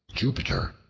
jupiter,